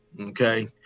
Okay